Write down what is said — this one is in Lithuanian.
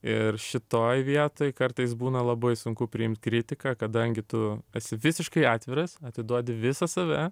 ir šitoj vietoj kartais būna labai sunku priimt kritiką kadangi tu esi visiškai atviras atiduodi visą save